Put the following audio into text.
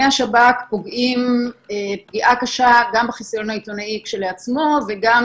השב"כ פוגעים פגיעה קשה גם בחיסיון העיתונאי כשלעצמו וגם